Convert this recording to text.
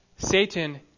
Satan